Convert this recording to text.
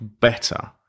better